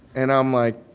and i'm like,